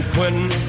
Quentin